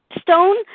stone